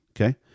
okay